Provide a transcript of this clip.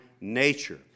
nature